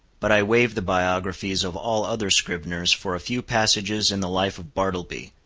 but i waive the biographies of all other scriveners for a few passages in the life of bartleby,